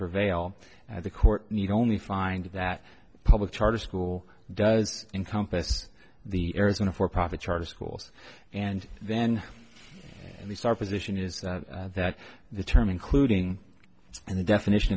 prevail at the court need only find that public charter school does encompass the arizona for profit charter schools and then at least our position is that the term including and the definition